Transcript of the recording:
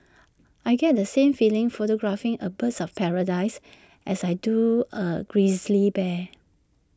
I get the same feeling photographing A birds of paradise as I do A grizzly bear